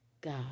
God